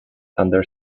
under